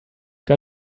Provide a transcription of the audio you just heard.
got